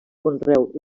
conreu